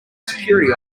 security